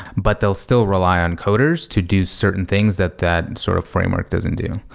but they'll still rely on coders to do certain things that that sort of framework doesn't do.